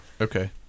okay